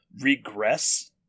regress